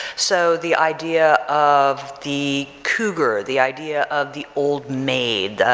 so the idea of the cougar, the idea of the old maid,